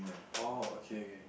oh okay